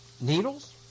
Needles